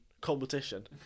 competition